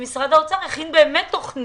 שמשרד האוצר הכין תוכנית